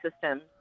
systems